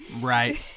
Right